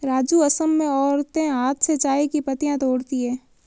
राजू असम में औरतें हाथ से चाय की पत्तियां तोड़ती है